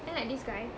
then like this guy